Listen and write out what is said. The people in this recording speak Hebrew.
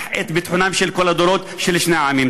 את ביטחונם של כל הדורות של שני העמים.